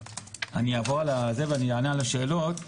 אני אעבור על זה ואני אענה על השאלות.